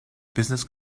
business